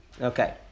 Okay